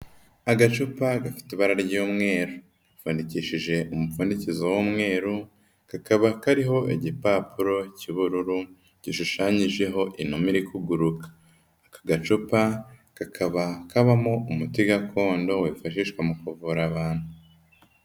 Agacupa gafite ibara ry'umweru gapfundikishije umupfundikizo w'umweru, kakaba kariho igipapuro cy'ubururu gishushanyijeho inuma iri kuguruka, aka gacupa kakaba kabamo umuti gakondo wifashishwa mu kuvura abantu.